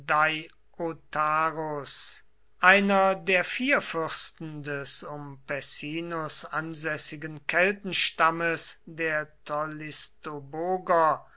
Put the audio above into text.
einer der vierfürsten des um pessinus ansässigen keltenstammes der